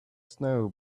snow